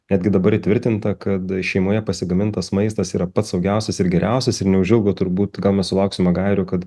netgi dabar įtvirtinta kad šeimoje pasigamintas maistas yra pats saugiausias ir geriausias ir neužilgo turbūt gal mes sulauksime gairių kad